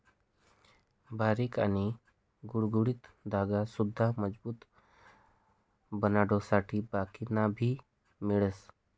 बारीक आणि गुळगुळीत धागा सुद्धा मजबूत बनाडासाठे बाकिना मा भी मिळवतस